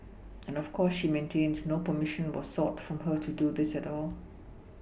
and of course she maintains no perMission was sought from her to do this at all